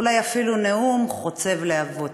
אולי אפילו נאום חוצב להבות.